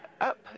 up